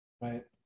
right